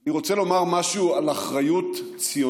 אני רוצה לומר משהו על אחריות ציונית.